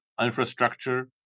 infrastructure